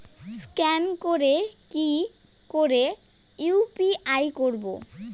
Scan করে কি করে ইউ.পি.আই করবো?